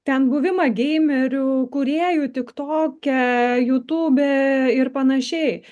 ten buvimą geimeriu kūrėju tiktoke youtube ir panašiai